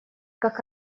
как